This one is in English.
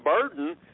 burden